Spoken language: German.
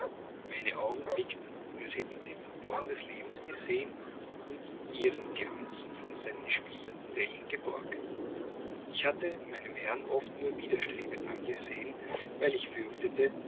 meine augen blickten als hätten sie den born des lebens gesehen und ihren glanz von seinen spielenden wellen geborgt ich hatte meinen herrn oft nur widerstrebend angesehen weil ich fürchtete